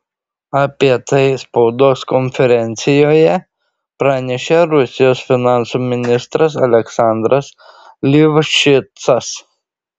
apie tai spaudos konferencijoje pranešė rusijos finansų ministras aleksandras livšicas